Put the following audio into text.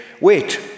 Wait